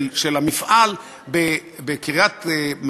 של המפעל בקריית-מלאכי,